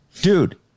Dude